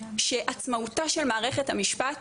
שעצמאותה של מערכת המשפט,